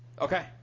Okay